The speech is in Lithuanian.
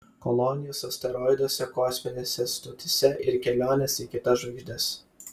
kolonijos asteroiduose kosminėse stotyse ir kelionės į kitas žvaigždes